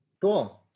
Cool